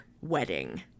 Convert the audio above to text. wedding